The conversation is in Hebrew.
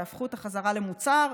תהפכו אותה חזרה למוצר,